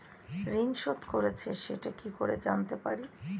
ঋণ শোধ করেছে সেটা কি জানতে পারি?